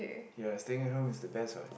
ya staying at home is the best what